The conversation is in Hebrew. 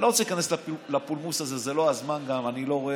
אני לא רוצה להיכנס לפולמוס הזה, זה גם לא הזמן.